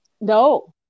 no